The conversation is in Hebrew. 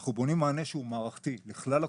ואנחנו בונים מענה שהוא מערכתי לכלל הקופות,